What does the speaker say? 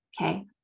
Okay